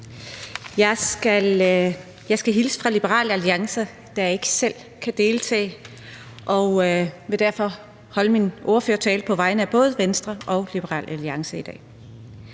Jeg skal hilse fra Liberal Alliance, der ikke selv kan deltage, og vil holde min ordførertale på vegne af både Venstre og Liberal Alliance i dag.